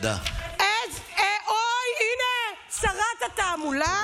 איך זה סותר, אוה, הינה, שרת התעמולה,